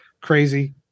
crazy